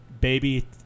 baby